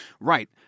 Right